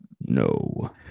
no